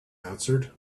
answered